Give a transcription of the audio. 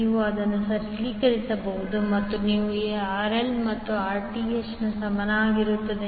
ನೀವು ಅದನ್ನು ಸರಳೀಕರಿಸಬಹುದು ಮತ್ತು ನೀವು RL ಅನ್ನು Rth ಗೆ ಸಮಾನವಾಗಿರುತ್ತದೆ